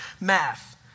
math